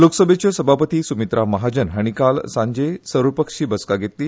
लोकसभेच्यो सभापती सुमित्रा महाजन हाणी काल सांजे सर्वपक्षिय बसका घेतली